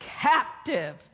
captive